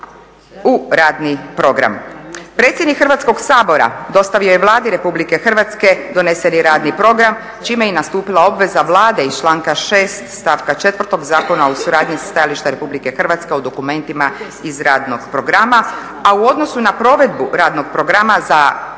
u radni program. Predsjednik Hrvatskog sabora dostavio je Vladi Republike Hrvatske doneseni radni program čime je nastupila obveza Vlade iz članka 6. stavka 4. Zakona o suradnji sa stajališta Republike Hrvatske o dokumentima iz radnog programa, a u odnosu na provedbu radnog programa za dio, ovo